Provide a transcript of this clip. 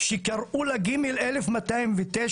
שקראו לה ג/1209,